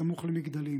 סמוך למגדלים,